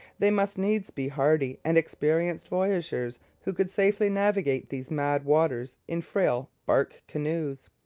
they must needs be hardy and experienced voyageurs who could safely navigate these mad waters in frail bark canoes.